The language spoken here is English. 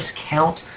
discount